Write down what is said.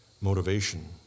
motivation